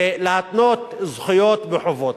להתנות זכויות, בחובות.